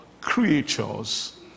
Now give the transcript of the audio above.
creatures